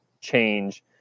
change